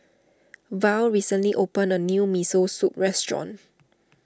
Val recently opened a new Miso Soup restaurant